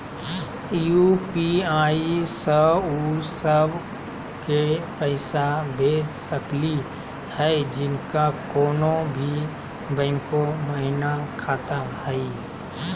UPI स उ सब क पैसा भेज सकली हई जिनका कोनो भी बैंको महिना खाता हई?